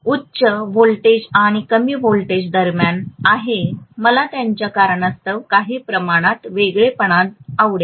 उच्च व्होल्टेज आणि कमी व्होल्टेज दरम्यान आहे मला त्यांच्या कारणास्तव काही प्रमाणात वेगळेपणा आवडेल